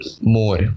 more